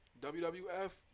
WWF